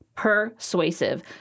persuasive